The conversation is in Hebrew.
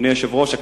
אדוני היושב-ראש,